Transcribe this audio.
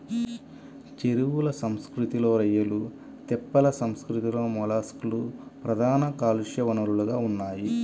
చెరువుల సంస్కృతిలో రొయ్యలు, తెప్పల సంస్కృతిలో మొలస్క్లు ప్రధాన కాలుష్య వనరులుగా ఉన్నాయి